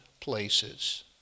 places